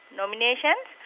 nominations